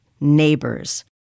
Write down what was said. neighbors